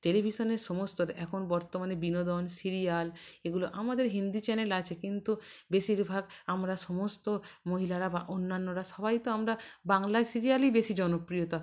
টেলিভিশনে সমস্ত এখন বর্তমানে বিনোদন সিরিয়াল এগুলো আমাদের হিন্দি চ্যানেল আছে কিন্তু বেশিরভাগ আমরা সমস্ত মহিলারা বা অন্যান্যরা সবাই তো আমরা বাংলায় সিরিয়ালই বেশি জনপ্রিয়তা